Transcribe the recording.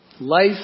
Life